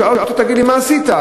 שאלו אותו, מה עשית?